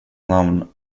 namn